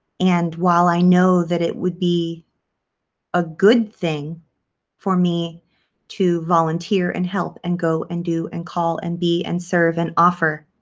and while i know that it would be a good thing for me to volunteer and help and go and do and call and be and serve and offer,